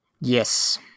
Yes